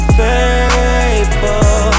faithful